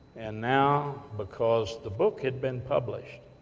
and now because the book had been published,